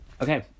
Okay